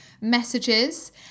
messages